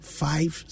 five